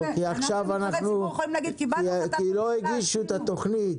אנחנו נבחרי הציבור יכולים להגיד --- כי לא הגישו את התכנית.